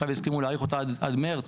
עכשיו הסכימו להאריך אותה עד חודש מרץ